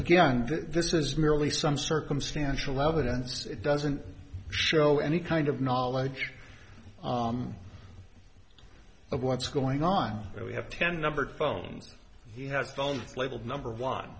again this is merely some circumstantial evidence it doesn't show any kind of knowledge of what's going on there we have ten numbered phones he has phone labeled number one